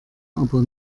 aber